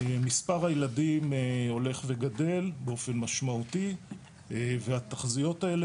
מספר הילדים הולך וגדל באופן משמעותי והתחזיות האלה